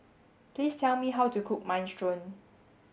please tell me how to cook Minestrone